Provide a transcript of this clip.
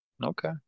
Okay